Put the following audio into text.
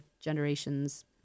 generations